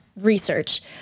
research